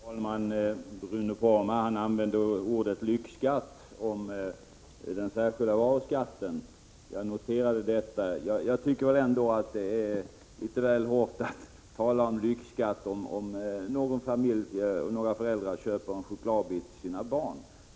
Herr talman! Bruno Poromaa använde ordet lyxskatt om den särskilda varuskatten. Jag noterade detta. Jag tycker ändå att det är litet väl hårt att tala om lyx om föräldrar köper en chokladbit till sina barn.